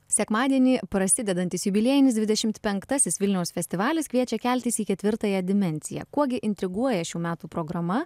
sekmadienį prasidedantis jubiliejinis dvidešimt penktasis vilniaus festivalis kviečia keltis į ketvirtąją dimensiją kuo gi intriguoja šių metų programa